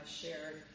shared